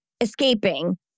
escaping